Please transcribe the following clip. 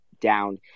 down